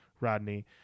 Rodney